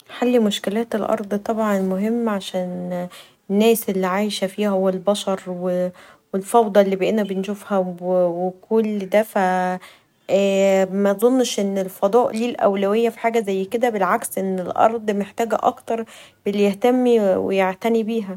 نحل مشكلات الارض طبعا مهم عشان الناس اللي عايشه فيها و البشر والفوضى اللي بقينا بنشوفها و كل دا مظنش ان الفضاء ليه اولويه بالعكس الارض محتاجه اكتر اللي يهتم و يعتني بيها.